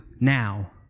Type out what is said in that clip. now